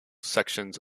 sections